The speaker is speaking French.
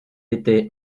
était